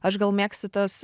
aš gal mėgstu tas